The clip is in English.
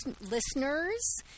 listeners